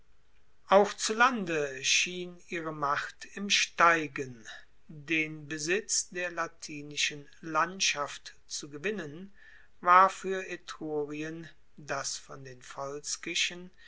auch zu lande schien ihre macht im steigen den besitz der latinischen landschaft zu gewinnen war fuer etrurien das von den